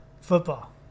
Football